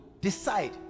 Decide